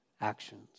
actions